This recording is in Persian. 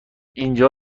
اینجا